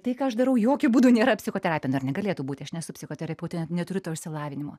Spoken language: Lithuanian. tai ką aš darau jokiu būdu nėra psichoterapija na ir negalėtų būti aš nesu psichoterapeutė neturiu to išsilavinimo